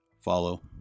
follow